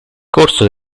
corso